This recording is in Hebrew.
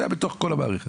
זה היה בתוך כל המערכת.